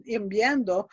enviando